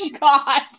god